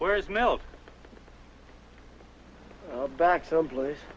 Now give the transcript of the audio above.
where is melt back some place